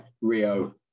Rio